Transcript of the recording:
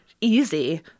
easy